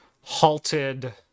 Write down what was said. halted